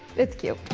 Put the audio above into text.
it's cute.